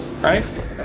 Right